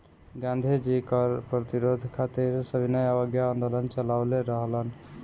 गांधी जी कर प्रतिरोध खातिर सविनय अवज्ञा आन्दोलन चालवले रहलन